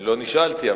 לא נשאלתי,